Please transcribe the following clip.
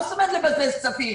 מה זאת אומרת "לבזבז כספים"?